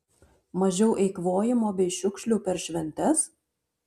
mažiau eikvojimo bei šiukšlių per šventes